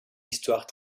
histoire